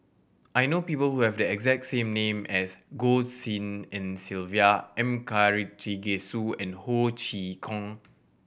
I know people who have the exact name as Goh Tshin En Sylvia M Karthigesu and Ho Chee Kong